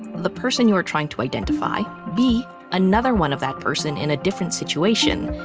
the person you are trying to identify, b, another one of that person in a different situation,